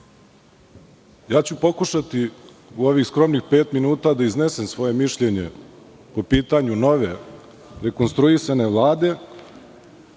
pokušaću u ovih skromnih pet minuta da iznesem svoje mišljenje po pitanju nove rekonstruisane Vlade,